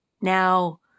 Now